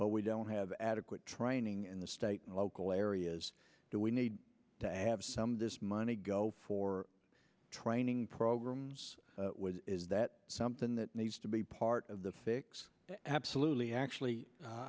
what we don't have adequate training in the state and local areas that we need to have some this money go for training programs is that something that needs to be part of the fix absolutely actually